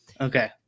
Okay